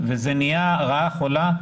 וזה נהיה רעה חולה,